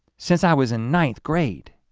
since i was in ninth grade.